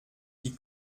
die